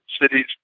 cities